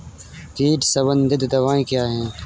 कीट संबंधित दवाएँ क्या हैं?